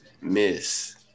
miss